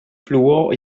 fluor